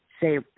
say